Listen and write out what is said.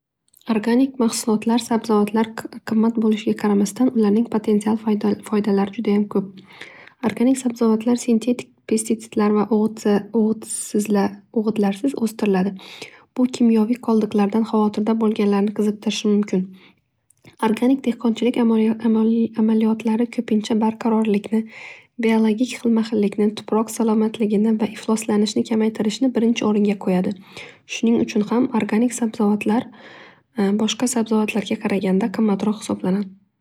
Organik mahsulotlar, sabsovotlar qimmat bo'lishiga qaramasdan ularning potensial foydalari juda ham ko'p. Organik mahsulotlar sintetik pistetsidlar va o'g'it va o'g'itsizlarsiz o'stiriladi. Bu kimyoviy qoldiqlardan havotirda bo'lganlarni qiziqtirishi mumkin. Organik dehqonchilik amaliyotlari ko'pincha barqarorlikni bilogik xilma xillikni, tuproq salomatligini va ifloslanishni kamaytirishni birinchi o'ringa qo'yadi shuning uchun ham organik sabzavotlar boshqasabzavotlarga qaraganda qimmatroq hisoblanadi.